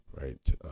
right